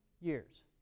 years